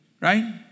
right